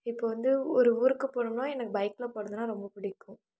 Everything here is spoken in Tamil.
இப்போ வந்து ஒரு ஊருக்கு போகணும்ன்னா எனக்கு பைக்ல போகிறதுன்னா ரொம்ப பிடிக்கும்